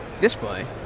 display